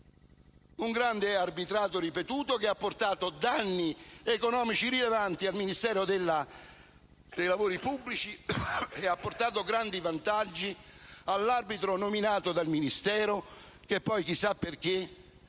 Un grande arbitrato ripetuto, che ha portato danni economici rilevanti al Ministero dei lavori pubblici e ha portato grandi vantaggi all'arbitro nominato dal Ministero che poi - chissà perché